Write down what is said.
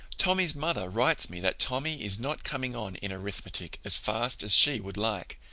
tommy's mother writes me that tommy is not coming on in arithmetic as fast as she would like.